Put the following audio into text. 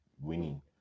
winning